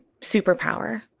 superpower